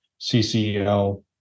CCEL